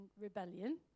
rebellion